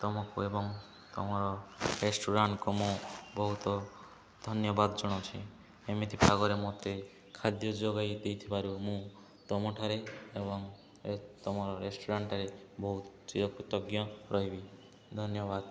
ତୁମକୁ ଏବଂ ତୁମର ରେଷ୍ଟୁରାଣ୍ଟକୁ ମୁଁ ବହୁତ ଧନ୍ୟବାଦ ଜଣାଉଛି ଏମିତି ପାଗରେ ମୋତେ ଖାଦ୍ୟ ଯୋଗାଇ ଦେଇଥିବାରୁ ମୁଁ ତୁମଠାରେ ଏବଂ ତୁମର ରେଷ୍ଟୁରାଣ୍ଟଠାରେ ବହୁତ ଚିର କୃତଜ୍ଞ ରହିବି ଧନ୍ୟବାଦ